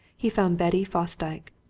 he found betty fosdyke.